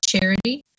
charity